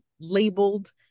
labeled